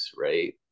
right